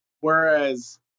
whereas